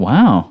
Wow